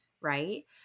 right